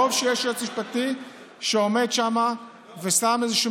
טוב שיש יועץ משפטי שעומד שם ושם איזשהו